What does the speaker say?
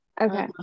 Okay